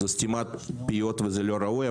זאת סתימת פיות וזה לא ראוי.